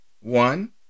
One